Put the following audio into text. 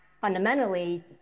fundamentally